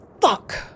Fuck